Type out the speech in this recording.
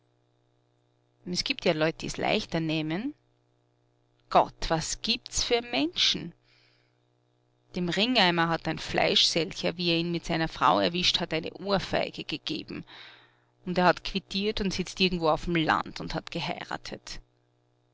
es gibt ja leut die's leichter nähmen gott was gibt's für menschen dem ringeimer hat ein fleischselcher wie er ihn mit seiner frau erwischt hat eine ohrfeige gegeben und er hat quittiert und sitzt irgendwo auf'm land und hat geheiratet